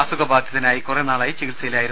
അസുഖബാധിതനായി കുറേ നാളായി ചികിത്സയിലായിരുന്നു